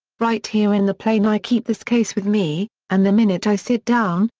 right here in the plane i keep this case with me, and the minute i sit down,